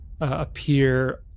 appear